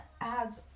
adds